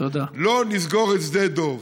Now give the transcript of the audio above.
לא נסגור את שדה דב.